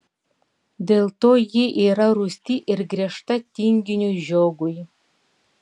dėl to ji yra rūsti ir griežta tinginiui žiogui